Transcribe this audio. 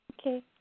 Okay